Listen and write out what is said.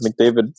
mcdavid